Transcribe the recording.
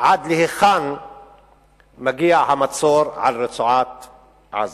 עד להיכן מגיע המצור על רצועת-עזה.